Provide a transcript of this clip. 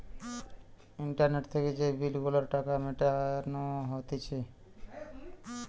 internet থেকে যে bill গুলার টাকা মিটানো হতিছে